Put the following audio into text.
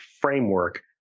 framework